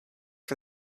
for